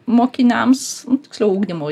mokiniams tiksliau ugdymo